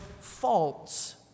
faults